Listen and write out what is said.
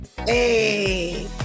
Hey